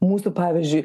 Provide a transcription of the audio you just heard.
mūsų pavyzdžiui